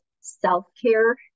self-care